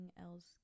else